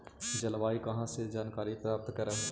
जलवायु कहा से जानकारी प्राप्त करहू?